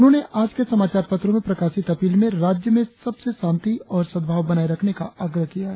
उन्होंने आज के समाचार पत्रों में प्रकाशित अपील में राज्य में सबसे शांति और सद्भाव बनाये रखने का आग्रह किया है